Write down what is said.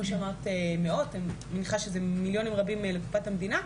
אני מניחה שזה מיליונים רבים לקופת המדינה,